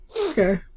okay